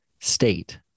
state